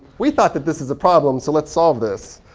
we thought that this is a problem. so let's solve this.